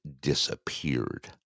disappeared